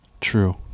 true